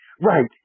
Right